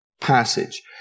passage